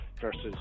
versus